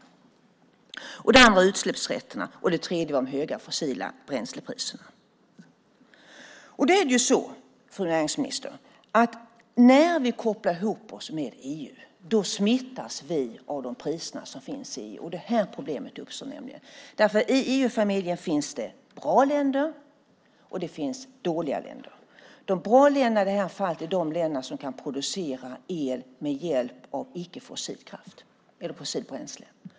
Det andra skälet är utsläppsrätterna, och det tredje var de höga fossila bränslepriserna. Då är det så, fru näringsminister, att när vi kopplar ihop oss med EU smittas vi av de priser som finns i EU, och det är här problemet uppstår. I EU-familjen finns det bra länder, och det finns dåliga länder. De bra länderna i det här fallet är de länder som kan producera el med hjälp av icke-fossilt bränsle.